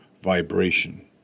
vibration